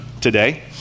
today